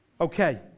Okay